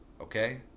Okay